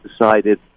decided